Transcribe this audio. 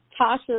Tasha